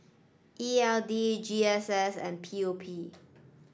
E L D G S S and P O P